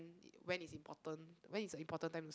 when is important when is the important times